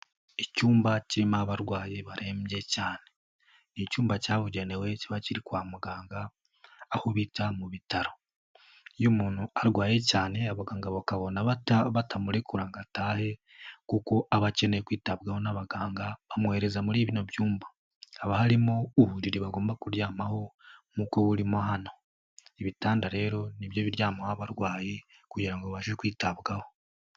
Icyumba kirimo abarwayi barembye cyane ni icyumba cyabugenewe kiba kiri kwa muganga aho bita mu bitaro, iyo umuntu arwaye cyane abaganga bakabona batamurekura ngo atahe kuko aba akeneye kwitabwaho n'abaganga bamwohereza muri bino byumba, haba harimo uburiri bagomba kuryamaho nk'uko burimo hano, ibitanda rero ni byo biryamaho abarwayi kugira ngo babashe kwitabwaho.